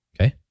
Okay